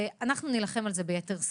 ואנחנו נילחם על זה ביתר שאת.